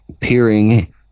peering